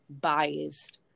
biased